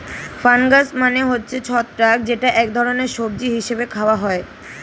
fungus মানে হচ্ছে ছত্রাক যেটা এক ধরনের সবজি হিসেবে খাওয়া হয়